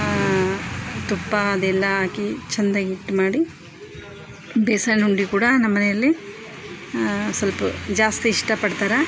ತುಪ್ಪ ಅದೆಲ್ಲ ಹಾಕಿ ಚೆಂದಾಗಿ ಇಟ್ಟು ಮಾಡಿ ಬೇಸನ್ ಉಂಡೆ ಕೂಡ ನಮ್ಮನೆಯಲ್ಲಿ ಸ್ವಲ್ಪ ಜಾಸ್ತಿ ಇಷ್ಟಪಡ್ತಾರೆ